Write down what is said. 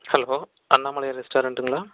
hello Annamalaiyar ரெஸ்டாரண்ட்டுங்களா